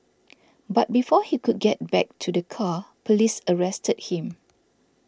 but before he could get back to the car police arrested him